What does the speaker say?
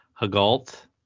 Hagalt